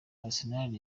arsenal